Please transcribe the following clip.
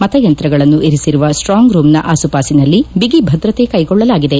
ಮತಯಂತ್ರಗಳನ್ನು ಇರಿಸಿರುವ ಸ್ಲಾಂಗ್ ರೂಮ್ನ ಆಸು ಪಾಸಿನಲ್ಲಿ ಬಿಗಿ ಭದ್ರತೆ ಕೈಗೊಳ್ಳಲಾಗಿದೆ